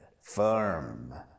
firm